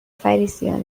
فَریسیان